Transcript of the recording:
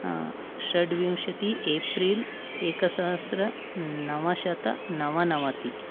षड्विंशति April एकसहस्रनवशतनवनवति